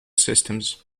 systems